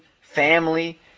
family